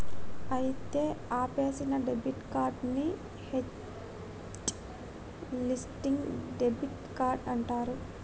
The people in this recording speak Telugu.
అయితే ఆపేసిన డెబిట్ కార్డ్ ని హట్ లిస్సింగ్ డెబిట్ కార్డ్ అంటారు